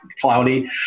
cloudy